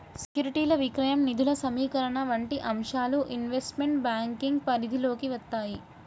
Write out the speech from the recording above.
సెక్యూరిటీల విక్రయం, నిధుల సమీకరణ వంటి అంశాలు ఇన్వెస్ట్మెంట్ బ్యాంకింగ్ పరిధిలోకి వత్తాయి